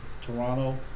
Toronto